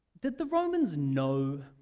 did the romans know